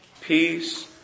peace